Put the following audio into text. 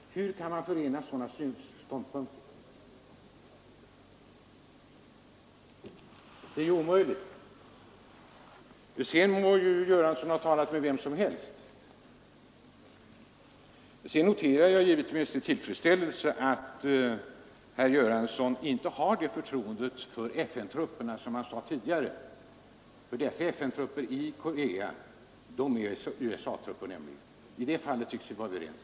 Hur kan sådana ståndpunkter förenas? Det är omöjligt! Sedan må herr Göransson ha talat med vem som helst. Vidare noterar jag givetvis med tillfredsställelse att herr Göransson inte har det förtroende för FN-trupperna som han sade. FN-trupperna i Korea är nämligen USA-trupper, och i det fallet tycks vi vara överens.